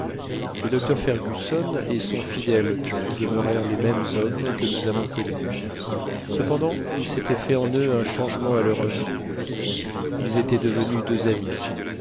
le docteur fergusson et son fidèle joe demeurèrent les mêmes hommes que nous avons connus cependant il s'était fait en eux un changement à leur insu ils étaient devenus deux amis